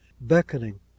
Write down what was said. beckoning